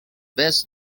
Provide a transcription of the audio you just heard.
best